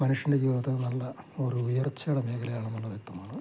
മനുഷ്യൻ്റെ ജീവിതത്തെ നല്ല ഒരു ഉയർച്ചയുടെ മേഖലയാണെന്നുള്ളത് വ്യക്തമാണ്